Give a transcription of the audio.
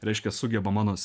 reiškia sugeba mano